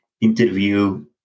interview